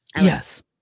yes